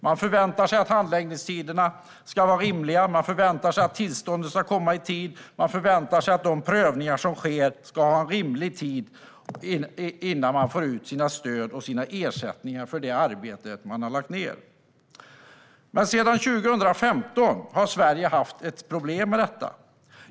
Man förväntar sig att handläggningstiderna ska vara rimliga. Man förväntar sig att tillstånden ska komma i tid. Man förväntar sig att de prövningar som sker görs i rimlig tid innan man får ut sina stöd och ersättningar för det arbete man har lagt ned. Sedan 2015 har Sverige haft ett problem med detta.